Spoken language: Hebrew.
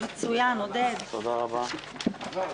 אין נמנעים, אין הבקשה אושרה פה אחד.